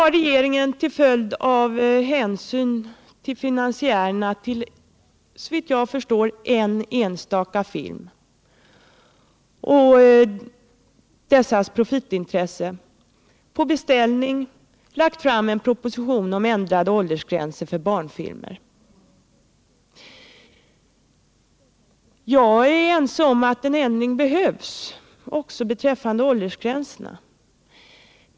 Regeringen har nu, av hänsyn till finansiärerna till — såvitt jag förstår - en enstaka film och deras profitintresse, på beställning lagt fram en 53 proposition om ändrade åldersgränser för barnfilmer. Jag är ense med regeringen om att en ändring behövs beträffande åldersgränserna.